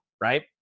right